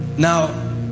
Now